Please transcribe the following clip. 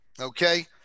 okay